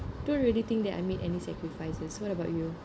don't really think that I made any sacrifices what about you